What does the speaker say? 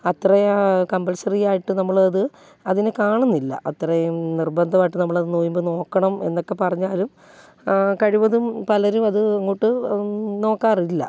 അത്ര കമ്പൽസറിയായിട്ട് നമ്മൾ അത് അതിനെ കാണുന്നില്ല അത്രയും നിർബന്ധമായിട്ട് നമ്മളത് നൊയിമ്പ് നോക്കണം എന്നൊക്കെ പറഞ്ഞാലും കഴിവതും പലരും അത് അങ്ങോട്ട് നോക്കാറില്ല